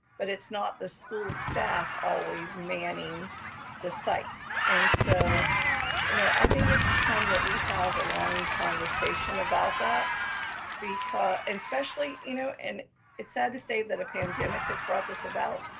but it's not the school staff always manning the sites. and so you know i think it's time that we have a long conversation about that because especially you know and it's sad to say that a pandemic has brought this about,